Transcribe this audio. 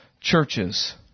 churches